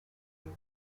were